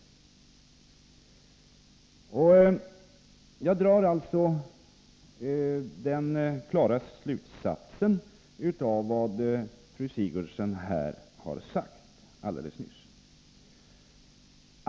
Jag drar den klara slutsatsen av vad fru Sigurdsen har sagt här alldeles nyss.